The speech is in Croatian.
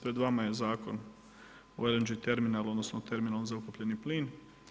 Pred vama je Zakon o LNG terminalu odnosno o terminalu za ukapljeni plin.